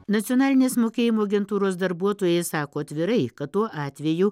nacionalinės mokėjimo agentūros darbuotojai sako atvirai kad tuo atveju